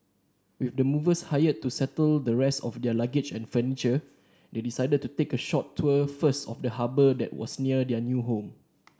with the movers hired to settle the rest of their luggage and furniture they decided to take a short tour first of the harbour that was near their new home